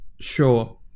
sure